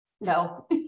No